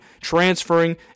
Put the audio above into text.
transferring